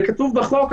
זה כתוב בחוק.